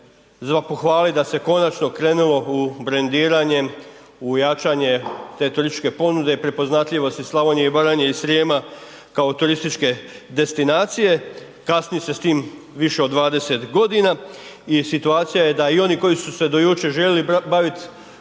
za pohvalit da se konačno krenulo u brendiranje, u jačanje te turističke ponude i prepoznatljivosti Slavonije i Baranje i Srijema kao turističke destinacije. Kasni se s tim više od dvadeset godina, i situacija je da i oni koji su se do jučer željeli bavit